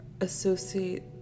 associate